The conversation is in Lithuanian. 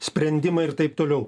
sprendimą ir taip toliau